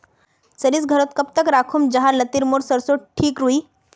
सरिस घोरोत कब तक राखुम जाहा लात्तिर मोर सरोसा ठिक रुई?